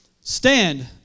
Stand